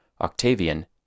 Octavian